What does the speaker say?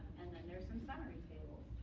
and then there's some summary tables.